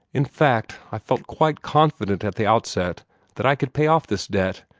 in fact, i felt quite confident at the outset that i could pay off this debt,